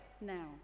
now